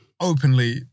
Openly